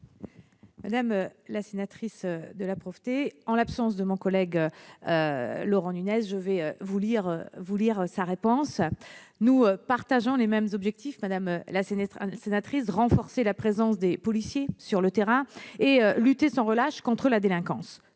Madame la sénatrice de la Provôté, en l'absence de mon collègue Laurent Nunez, je vais vous lire sa réponse. Nous partageons les mêmes objectifs, madame la sénatrice : renforcer la présence des policiers sur le terrain et lutter sans relâche contre la délinquance.